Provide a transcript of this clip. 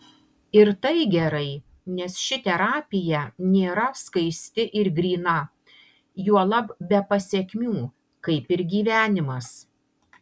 ir tai gerai nes ši terapija nėra skaisti ir gryna juolab be pasekmių kaip ir gyvenimas